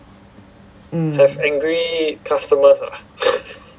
mm